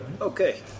Okay